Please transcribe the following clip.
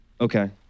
Okay